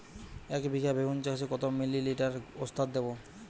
একবিঘা বেগুন চাষে কত মিলি লিটার ওস্তাদ দেবো?